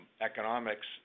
economics